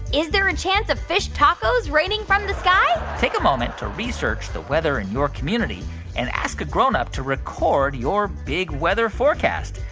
is there a chance of fish tacos raining from the sky? take a moment to research the weather in your community and ask a grown-up to record your big weather forecast.